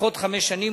לפחות חמש שנים,